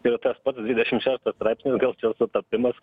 ir tas pats dvidešim šeštas straipsnis gal sutapimas